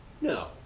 No